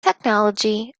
technology